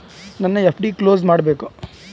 ನನ್ನ FD close ಮಾಡಬೇಕು